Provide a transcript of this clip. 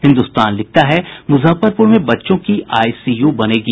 हिन्दुस्तान लिखता है मुजफ्फरपुर में बच्चों की आईसीयू बनेगी